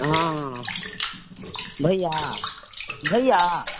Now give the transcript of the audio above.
अहँ हँ हँ भइआ भइआ